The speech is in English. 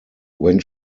when